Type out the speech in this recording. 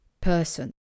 person